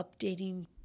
updating